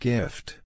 Gift